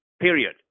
period